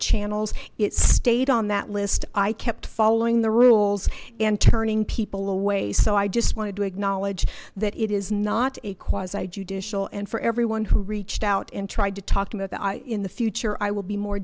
channels it stayed on that list i kept following the rules and turning people away so i just wanted to acknowledge that it is not a quasi judicial and for everyone who reached out and tried to talk about that i in the future i will be more